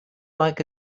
like